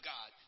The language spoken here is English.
God